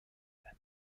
amère